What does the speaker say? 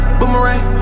Boomerang